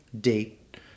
date